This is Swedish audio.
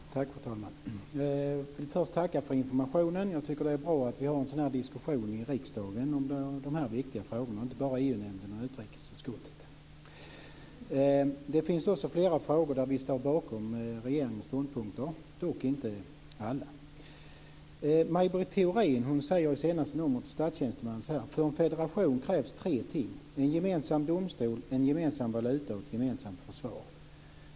Fru talman! Jag vill först tacka för informationen. Jag tycker att det är bra att vi har en sådan här diskussion om de här viktiga frågorna i riksdagen, inte bara i EU-nämnden och utrikesutskottet. Det finns flera frågor där vi står bakom regeringens ståndpunkter, dock inte alla. Maj Britt Theorin säger i det senaste numret av Statstjänstemannen: För en federation krävs tre ting: en gemensam domstol, en gemensam valuta och ett gemensamt försvar.